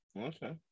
Okay